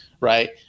right